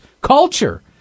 culture